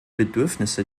bedürfnisse